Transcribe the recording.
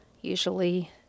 usually